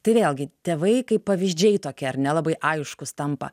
tai vėlgi tėvai kaip pavyzdžiai tokie ar ne labai aiškūs tampa